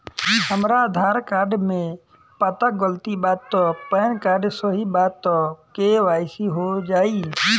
हमरा आधार कार्ड मे पता गलती बा त पैन कार्ड सही बा त के.वाइ.सी हो जायी?